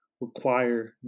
require